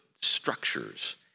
structures